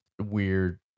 weird